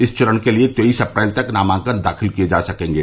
इस चरण के लिये तेईस अप्रैल तक नामांकन दाखिल किये जा सकेंगे